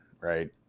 right